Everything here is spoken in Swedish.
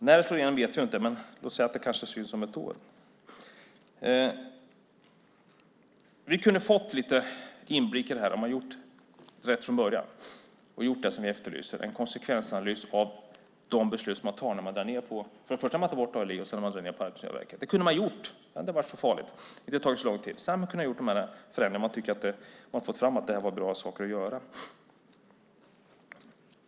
När vet vi inte, men låt oss säga att det kanske syns om ett år. Vi kunde ha fått lite inblick i det här om man hade gjort rätt från början och gjort det som jag efterlyser, en konsekvensanalys av de beslut som man tar när man drar ned. Först tar man bort Arbetslivsinstitutet, och sedan drar man ned på Arbetsmiljöverket. Man kunde ha gjort detta - det hade inte varit så farligt och hade inte tagit så lång tid. Sedan kunde man ha gjort de här förändringarna om man hade fått fram att det var bra saker att göra.